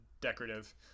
decorative